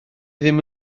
ddim